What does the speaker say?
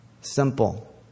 Simple